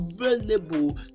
available